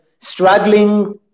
struggling